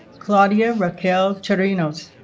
claudia raquel chirinos